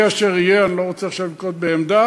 יהיה אשר יהיה, אני לא רוצה עכשיו לנקוט עמדה.